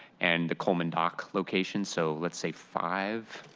and the coleman dock location. so let's say five,